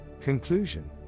conclusion